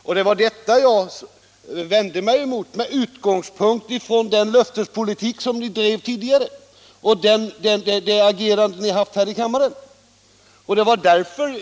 Det var detta jag vände mig mot med utgångspunkt i den löftespolitik ni drev tidigare och ert agerande här i kammaren.